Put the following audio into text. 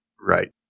Right